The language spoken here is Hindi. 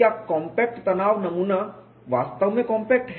क्या कॉम्पैक्ट तनाव नमूना वास्तव में कॉम्पैक्ट है